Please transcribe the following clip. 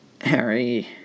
Harry